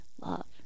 love